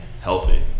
healthy